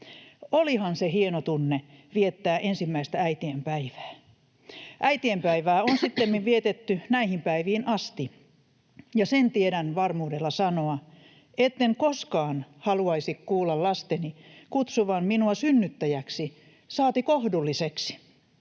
Olihan se hieno tunne viettää ensimmäistä äitienpäivää. Äitienpäivää on sittemmin vietetty näihin päiviin asti, ja sen tiedän varmuudella sanoa, etten koskaan haluaisi kuulla lasteni kutsuvan minua synnyttäjäksi, saati kohdulliseksi.